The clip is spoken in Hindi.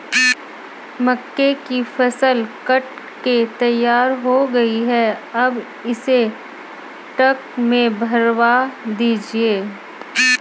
मक्के की फसल कट के तैयार हो गई है अब इसे ट्रक में भरवा दीजिए